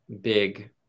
big